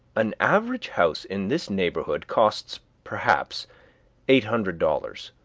an average house in this neighborhood costs perhaps eight hundred dollars,